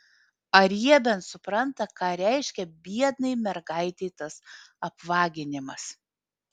ar jie bent supranta ką reiškia biednai mergaitei tas apvaginimas